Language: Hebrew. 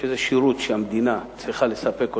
וזה שירות שהמדינה צריכה לספק אותו,